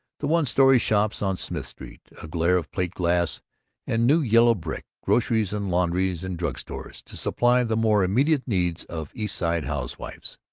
the one-story shops on smith street, a glare of plate-glass and new yellow brick groceries and laundries and drug-stores to supply the more immediate needs of east side housewives.